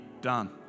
done